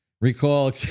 recall